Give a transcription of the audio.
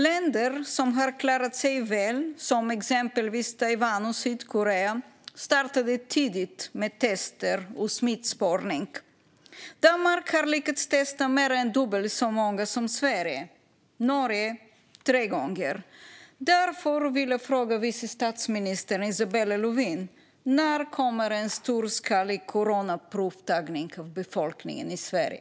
Länder som har klarat sig väl, exempelvis Taiwan och Sydkorea, startade tidigt med tester och smittspårning. Danmark har lyckats testa mer än dubbelt så många som Sverige, och Norge har testat tre gånger så många. Därför vill jag fråga vice statsminister Isabella Lövin: När kommer en storskalig coronaprovtagning av befolkningen i Sverige?